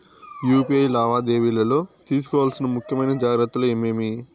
UPI లావాదేవీలలో తీసుకోవాల్సిన ముఖ్యమైన జాగ్రత్తలు ఏమేమీ?